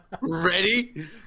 ready